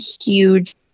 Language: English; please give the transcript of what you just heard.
huge